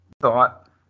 thought